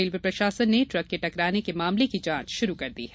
railway प्रशासन ने truck के टकराने के मामले की जांच शुरू कर दी है